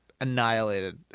annihilated